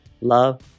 love